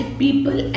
people